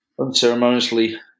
unceremoniously